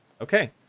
Okay